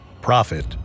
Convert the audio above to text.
profit